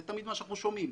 זה תמיד מה שאנחנו שומעים.